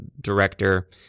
director